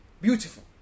beautiful